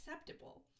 acceptable